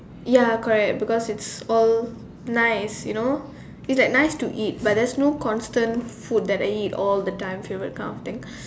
ya correct because it's all nice you know it's like nice to eat but there's no constant food that I eat all the time favourite kind of thing